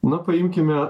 na paimkime